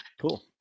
Cool